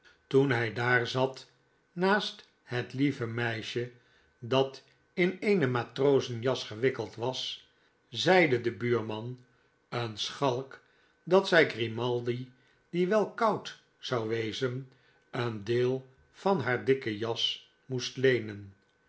toen hij daar zat naast het lieve meisje dat in eene matrozenjas gewikkeld was zeide de buurman een schalk dat zij grimaldi die wel koud zou wezen een deel van hare dikke jas moest leenen